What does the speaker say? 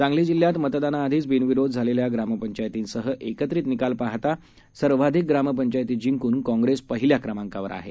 सांगलीजिल्ह्यातमतदानाआधीचबिनविरोधझालेल्याग्रामपंचायतीसहएकत्रितनि कालपाहतासर्वाधिकग्रामपंचायतीजिंकूनकाँग्रेसपहिल्याक्रमांकावरआहे